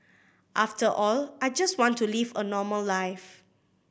after all I just want to live a normal life